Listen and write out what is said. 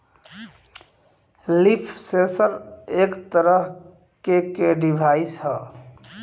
leaf sensor एक तरह के के डिवाइस ह